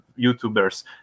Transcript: YouTubers